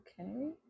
Okay